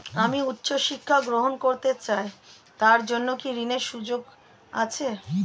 আমি উচ্চ শিক্ষা গ্রহণ করতে চাই তার জন্য কি ঋনের সুযোগ আছে?